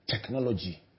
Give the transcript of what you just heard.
technology